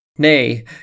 Nay